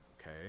Okay